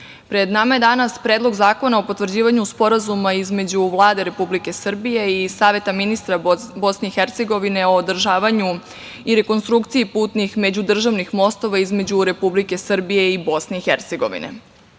pred nama je danas Predlog zakona o potvrđivanju Sporazuma između Vlade Republike Srbije i Saveta ministara Bosne i Hercegovine o održavanju i rekonstrukciji putnih međudržavnih mostova između Republike Srbije i Bosne i Hercegovine. Razlozi